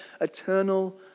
eternal